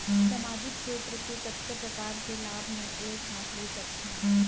सामाजिक क्षेत्र के कतका प्रकार के लाभ मै एक साथ ले सकथव?